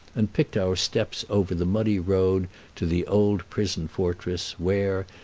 and picked our steps over the muddy road to the old prison-fortress, where,